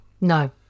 No